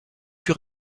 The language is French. plus